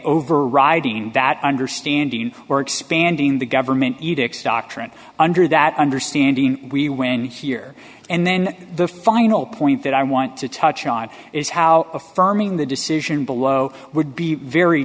overriding that understanding or expanding the government edict doctrine under that understanding we win here and then the final point that i want to touch on is how affirming the decision below would be very